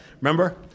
Remember